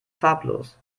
farblos